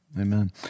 Amen